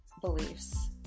beliefs